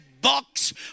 box